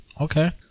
Okay